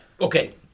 okay